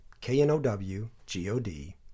K-N-O-W-G-O-D